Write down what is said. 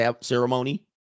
ceremony